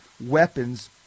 weapons